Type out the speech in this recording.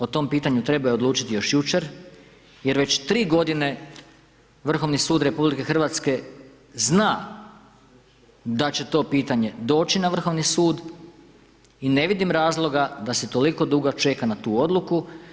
O tom pitanju trebao je odlučiti još jučer jer već 3 godine Vrhovni sud RH zna da će to pitanje doći na Vrhovni sud i ne vidim razloga da se toliko dugo čeka na tu odluku.